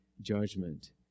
judgment